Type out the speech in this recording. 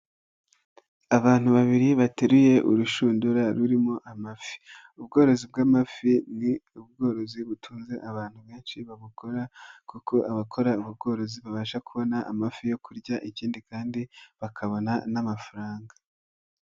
Abantu babiri bateruye urushundura rurimo amafi, ubworozi bw'amafi ni ubworozi butunze abantu benshi babukora kuko abakorarozi babasha kubona amafi yo kurya ikindi kandi bakabona n'amafaranga.